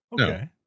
okay